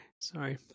Sorry